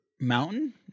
Mountain